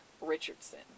Richardson